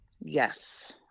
Yes